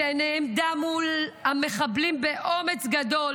שנעמדה מול המחבלים באומץ גדול